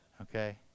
okay